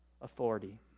authority